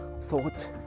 thoughts